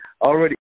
already